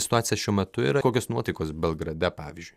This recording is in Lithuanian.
situacija šiuo metu yra kokios nuotaikos belgrade pavyzdžiui